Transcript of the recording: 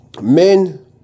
men